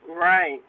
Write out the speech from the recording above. Right